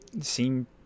seem